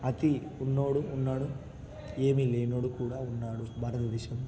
అతి ఉన్నోడు ఉన్నాడు ఏమీ లేనోడు కూడా ఉన్నాడు భారతదేశంలో